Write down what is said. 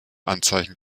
anzeichen